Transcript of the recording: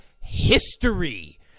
history